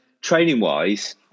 Training-wise